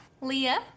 Leah